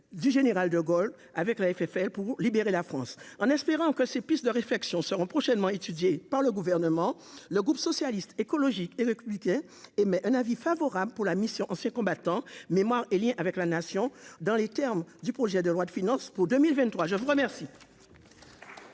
du général De Gaulle avec la FFR pour libérer la France, en espérant que ces pistes de réflexion seront prochainement étudiée par le gouvernement, le groupe socialiste écologique et le comité émet un avis favorable pour la mission Anciens combattants, mémoire et Liens avec la nation dans les termes du projet de loi de finances pour 2023 je vous remercie.